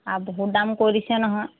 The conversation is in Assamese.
আ বহুত দাম কৈ দিছে নহয়